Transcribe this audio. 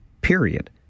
period